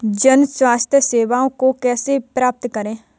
जन स्वास्थ्य सेवाओं को कैसे प्राप्त करें?